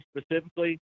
specifically